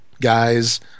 guys